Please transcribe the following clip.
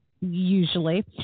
usually